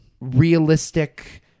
realistic